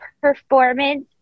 performance